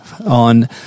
on